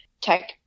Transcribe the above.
Tech